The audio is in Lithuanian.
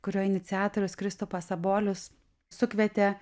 kurio iniciatorius kristupas sabolius sukvietė